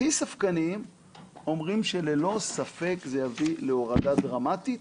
הכי ספקנים אומרים שללא ספק זה יביא להורדה דרמטית.